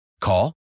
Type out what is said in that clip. Call